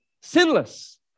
sinless